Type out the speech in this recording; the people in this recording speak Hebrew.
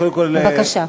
קודם כול, בבקשה.